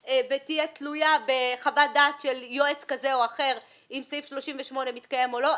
ותהיה תלויה בחוות דעת של יועץ כזה או אחר אם סעיף 38 מתקיים או לא,